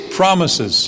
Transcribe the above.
promises